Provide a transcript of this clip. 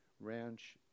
Ranch